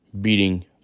beating